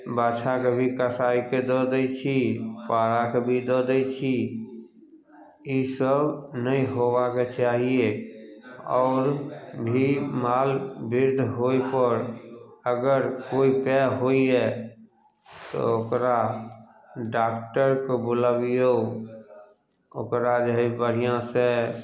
बाछाके भी कसाइके दअ दै छी पाराके भी दअ दै छी ई सभ नहि होबाक चाहिए आओर भी माल वृद्ध होइपर अगर कोइ उपाय होइए तऽ ओकरा डॉक्टरके बुलबियौ ओकरा जे हइ बढ़िआँसँ